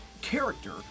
Character